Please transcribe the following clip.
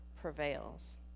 prevails